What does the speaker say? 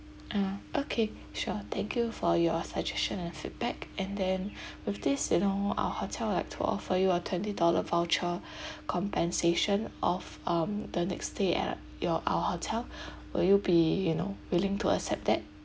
ah okay sure thank you for your suggestion and feedback and then with this you know our hotel would like to offer you a twenty dollar voucher compensation of um the next stay at your our hotel will you be you know willing to accept that